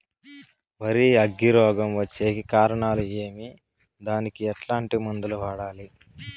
వరి అగ్గి రోగం వచ్చేకి కారణాలు ఏమి దానికి ఎట్లాంటి మందులు వాడాలి?